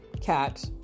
cat